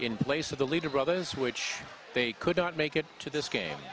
in place of the leader brothers which they couldn't make it to this game